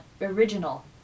original